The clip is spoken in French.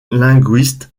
linguiste